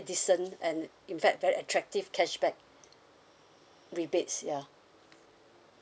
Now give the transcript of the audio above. decent and in fact very attractive cashback rebates ya